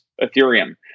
Ethereum